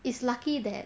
it's lucky that